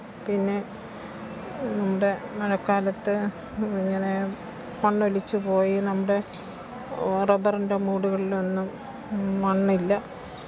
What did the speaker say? പിന്നെ നമ്മുടെ മഴക്കാലത്ത് ഇങ്ങനെ മണ്ണൊലിച്ചു പോയി നമ്മുടെ റബ്ബറിന്റെ മൂടുകളിലൊന്നും മണ്ണില്ല